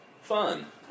fun